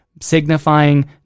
signifying